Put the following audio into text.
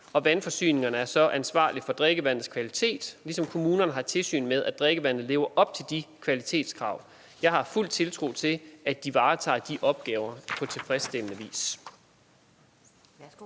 og vandforsyningerne er så ansvarlige for drikkevandets kvalitet, ligesom kommunerne har tilsyn med, at drikkevandet lever op til kvalitetskravene. Jeg har fuld tiltro til, at de varetager de opgaver på tilfredsstillende vis.